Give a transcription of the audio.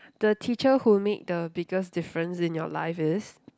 the teacher who make the biggest difference in your life is